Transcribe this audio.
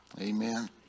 amen